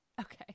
okay